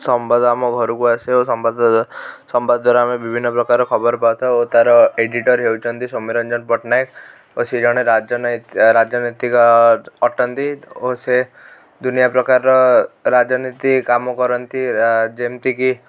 ସମ୍ବାଦ ଆମ ଘରକୁ ଆସେ ଓ ସମ୍ବାଦ ସମ୍ବାଦ ଦ୍ୱାରା ଆମେ ବିଭିନ୍ନ ପ୍ରକାର ଖବର ପାଉ ଥାଉ ଓ ତାର ଏଡ଼ିଟର୍ ହେଉଛନ୍ତି ସୋମ୍ୟରଞ୍ଜନ ପଟ୍ଟନାୟକ ଓ ସେ ଜଣେ ରାଜନୈ ରାଜନୈତିକ ଅଟନ୍ତି ଓ ସେ ଦୁନିଆ ପ୍ରକାରର ରାଜନୀତି କାମ କରନ୍ତି ଯେମିତି କି